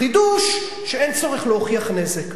החידוש, שאין צורך להוכיח נזק.